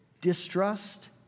distrust